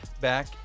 back